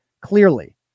Clearly